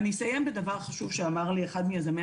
אני אסיים בדבר חשוב שאמר לי אחד מיזמי